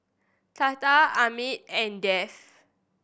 Tata Amit and Dev